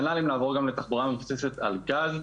כנ"ל גם אם נעבור לתחבורה מבוססת על גז,